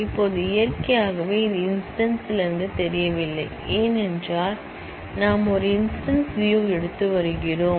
இப்போது இயற்கையாகவே இது இன்ஸ்டன்ஸ் லிருந்து தெரியவில்லை ஏனென்றால் நாம் ஒரு இன்ஸ்டன்ஸ் வியூ எடுத்து வருகிறோம்